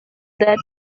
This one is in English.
that